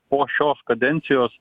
po šios kadencijos